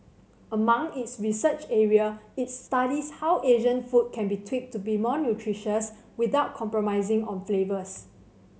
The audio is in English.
among its research area it studies how Asian food can be tweaked to be more nutritious without compromising on flavour